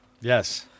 yes